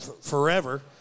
forever